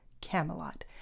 Camelot